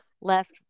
left